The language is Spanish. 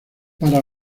para